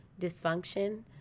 dysfunction